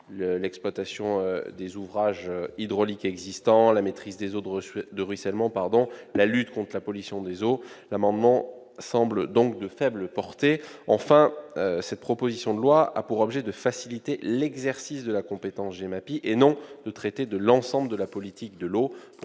l'exploitation des ouvrages hydrauliques existants, la maîtrise des eaux de ruissellement, la lutte contre la pollution des eaux. L'amendement semble donc de faible portée. Enfin, cette proposition de loi a pour objet de faciliter l'exercice de la compétence GEMAPI et non de traiter de l'ensemble de la politique de l'eau.